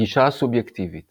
הגישה הסובייקטיבית